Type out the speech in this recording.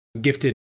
gifted